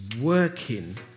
working